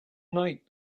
night